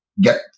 get